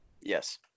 Yes